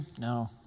No